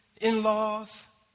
in-laws